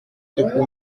pour